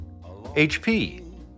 HP